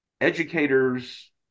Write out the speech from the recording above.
educators